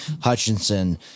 Hutchinson